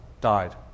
died